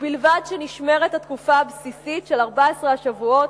ובלבד שנשמרת התקופה הבסיסית של 14 השבועות